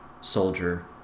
Soldier